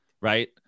Right